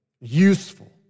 useful